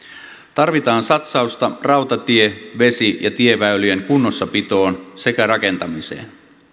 tarvitaan satsausta rautatie vesi ja tieväylien kunnossapitoon sekä rakentamiseen